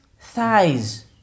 thighs